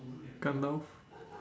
Gandalf